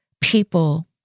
people